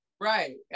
right